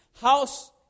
house